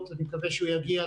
גשר אלנבי או ליד יריחו.